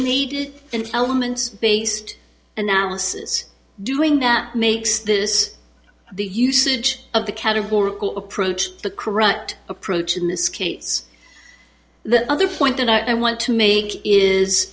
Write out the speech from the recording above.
needed an element based analysis doing that makes this the usage of the categorical approach the correct approach in this case the other point that i want to make is